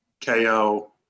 Ko